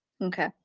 okay